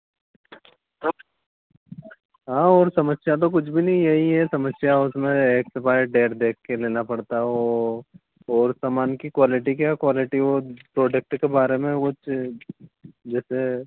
हाँ ओर समस्या तो कुछ भी नहीं है यही है समस्या उसमें एक्सपायर डेट देख कर लेना पड़ता है वह और सामान की क्वालिटी क्या है क्वालिटी वह प्रोडक्ट के बारे में वह देते हैं